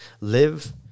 live